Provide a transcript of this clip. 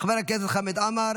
חבר הכנסת חמד עמאר,